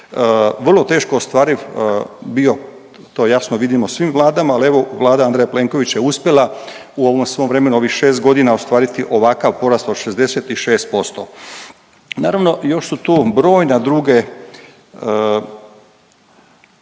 vrlo teško i ostvariv bio. To jasno vidimo svim vladama. Ali evo Vlada Andreja Plenkovića je uspjela u ovom svom vremenu, u ovih 6 godina ostvariti ovakav porast od 66 posto. Naravno još su tu brojne druge